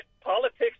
politics